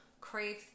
crave